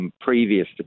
Previous